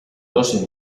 dos